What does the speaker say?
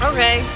Okay